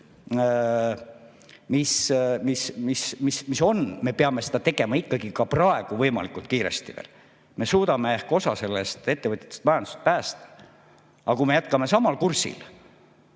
mis on, me peame seda tegema ikkagi ka praegu võimalikult kiiresti. Me suudame ehk veel osa ettevõtjatest ja majandusest päästa. Kui me jätkame samal kursil,